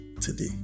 today